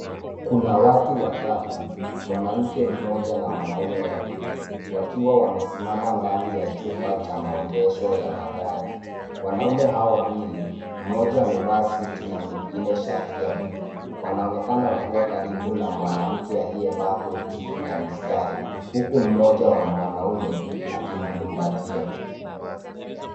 Kuna watu watatu, mwanamke mmoja na wanaume wawili, wakiwa wamesimama ndani ya chumba cha maonyesho ya magari. Wanaume hao wawili, mmoja amevaa suti na mwingine shati ya buluu. Wanaonekana wakiwa karibu na mwanamke aliyevaa koti la mistari, uku mmoja wa mwanaume akimkumbatia.